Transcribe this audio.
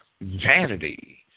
vanity